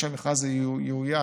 אחרי שהמכרז יאויש,